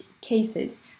cases